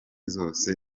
zose